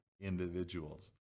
individuals